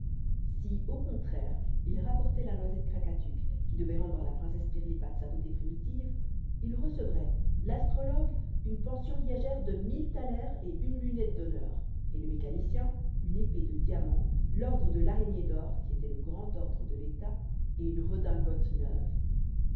si au contraire ils rapportaient la noisette krakatuk qui devait rendre à la princesse pirlipate sa beauté primitive ils recevraient l'astrologue une pension viagère de mille thalers et une lunette d'honneur et le mécanicien une épée de diamants l'ordre de l'araignée d'or qui était le grand ordre de l'état et une redingote neuve